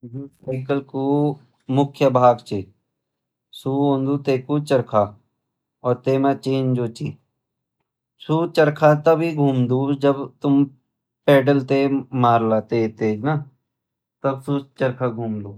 साइकिल कु मुख्य भाग छ सु हांेद तै कु चरखा और तै म चेन जु छ सु चरखा तभी घुमदू जब तुम पैडल तै मारला तेज तेज न तब सु चरखा घुमदु।